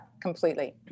completely